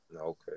Okay